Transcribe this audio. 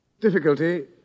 Difficulty